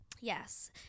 Yes